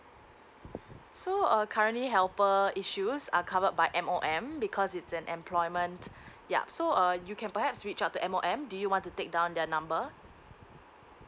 so uh currently helper issues are covered by M O M because it's an employment yup so err you can perhaps reach out to M O M do you want to take down their number